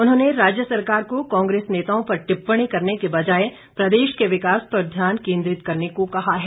उन्होंने राज्य सरकार को कांग्रेस नेताओं पर टिप्पणी करने के बजाए प्रदेश के विकास पर ध्यान केन्द्रित करने को कहा है